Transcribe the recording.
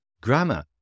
grammar